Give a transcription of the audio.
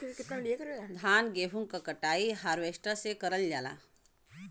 धान गेहूं क कटाई हारवेस्टर से करल जाला